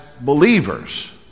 believers